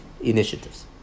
initiatives